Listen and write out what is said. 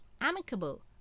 amicable